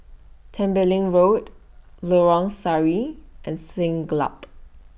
Tembeling Road Lorong Sari and Siglap